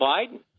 Biden